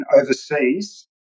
overseas